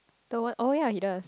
the what oh ya he does